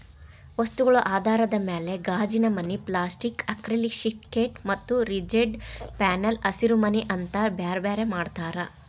ವಸ್ತುಗಳ ಆಧಾರದ ಮ್ಯಾಲೆ ಗಾಜಿನಮನಿ, ಪ್ಲಾಸ್ಟಿಕ್ ಆಕ್ರಲಿಕ್ಶೇಟ್ ಮತ್ತ ರಿಜಿಡ್ ಪ್ಯಾನೆಲ್ ಹಸಿರಿಮನಿ ಅಂತ ಬ್ಯಾರ್ಬ್ಯಾರೇ ಮಾಡ್ತಾರ